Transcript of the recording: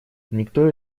никто